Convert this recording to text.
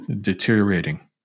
deteriorating